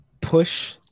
push